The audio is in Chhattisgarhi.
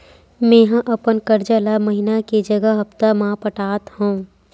मेंहा अपन कर्जा ला महीना के जगह हप्ता मा पटात हव